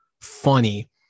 funny